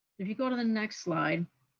if you go to the next slide,